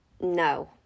no